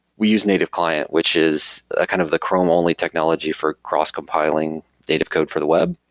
we use native client, which is ah kind of the chrome-only technology for cross-compiling native code for the web.